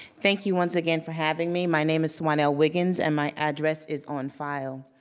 thank you once again for having me. my name is swannelle wiggins and my address is on file.